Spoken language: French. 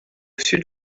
sud